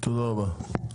תודה רבה.